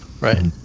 Right